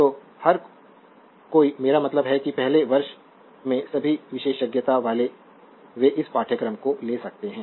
तो हर कोई मेरा मतलब है कि पहले वर्ष में सभी विशेषज्ञता वाले वे इस पाठ्यक्रम को ले सकते हैं